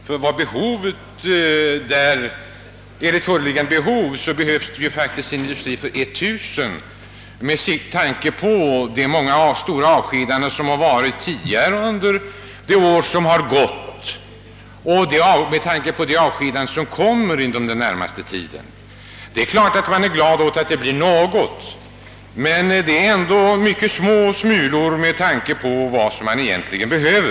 För att tillgodose föreliggande behov skulle faktiskt erfordras industri för 1000 anställda med tanke på de många avskedandena tidigare under de år som har gått och med tanke på de avskedanden som kan väntas inom den närmaste tiden. Det är klart att man är glad över att det blir något, men det är ändå mycket små smulor med tanke på vad som egentligen behövs.